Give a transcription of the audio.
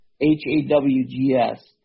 H-A-W-G-S